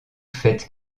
fêtes